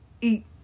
eat